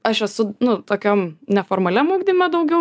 aš esu nu tokiam neformaliam ugdyme daugiau